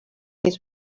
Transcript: his